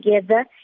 together